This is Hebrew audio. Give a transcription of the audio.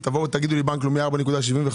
תבואו ותגידו לי שבנק לאומי נותן 4.75%,